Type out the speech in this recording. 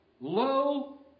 low